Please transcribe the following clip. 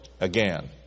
again